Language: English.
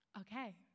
Okay